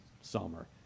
summer